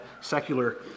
secular